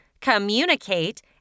communicate